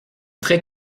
très